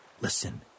Listen